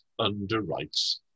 underwrites